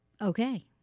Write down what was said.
Okay